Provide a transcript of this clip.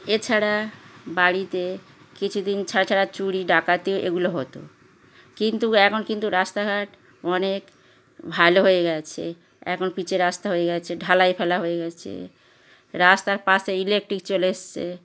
এছাড়া বাড়িতে কিছু দিন ছাড়া ছাড়া চুরি ডাকাতি এগুলো হতো কিন্তু এখন কিন্তু রাস্তাঘাট অনেক ভালো হয়ে গিয়েছে এখন পিচের রাস্তা হয়ে গিয়েছে ঢালাই ফেলা হয়ে গিয়েছে রাস্তার পাশে ইলেকট্রিক চলে এসেছে